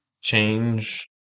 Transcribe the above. change